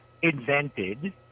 Invented